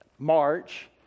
march